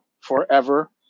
forever